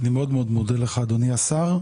אני מאוד מאוד מודה לך אדוני השר.